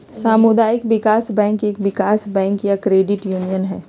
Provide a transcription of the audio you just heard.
सामुदायिक विकास बैंक एक विकास बैंक या क्रेडिट यूनियन हई